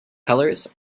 colours